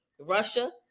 Russia